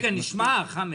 רגע, נשמע, חמד.